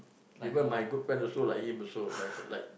even my good friend also like him also like her like